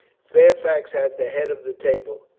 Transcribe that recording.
fairfax had the head of the table,